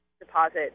deposit